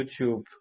YouTube